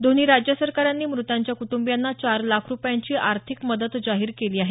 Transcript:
दोन्ही राज्य सरकारांनी मुताच्या कुटंबियांना चार लाख रुपयांची आर्थिक मदत जाहीर केली आहे